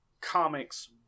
Comics